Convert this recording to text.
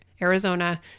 Arizona